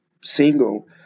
single